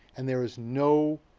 and there is no,